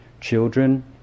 children